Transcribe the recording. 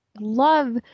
love